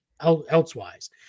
elsewise